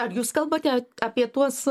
ar jūs kalbate apie tuos